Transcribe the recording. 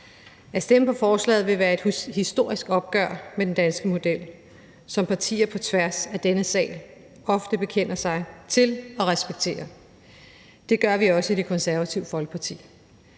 At stemme for forslaget vil være et historisk opgør med den danske model, som partier på tværs af denne sal ofte bekender sig til og respekterer. Det gør vi også i Det Konservative Folkeparti,